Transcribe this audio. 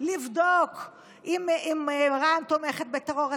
לבדוק אם רע"מ תומכת בטרור,